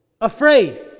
afraid